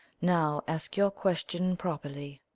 now ask your question properly.